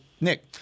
Nick